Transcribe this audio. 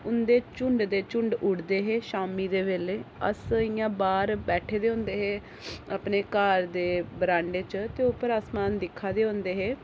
उंदे झुण्ड दे झुण्ड उड़दे हे शामी बेल्ले अस बाह्र बैठेदे होंदे हे अपने घार दे बरांडे च ते उप्पर आसमान दिक्खा दे होंदे हे